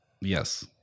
Yes